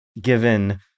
given